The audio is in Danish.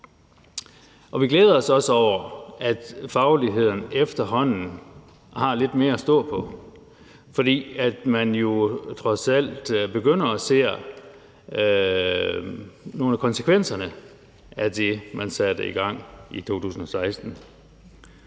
og vi glæder os også over, at fagligheden efterhånden har lidt mere at stå på, fordi man jo trods alt begynder at se nogle af konsekvenserne af det, man satte i gang i 2016.